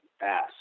ass